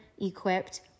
equipped